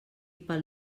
pel